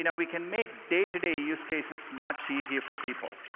you know we can make day-to-day use cases much easier for people.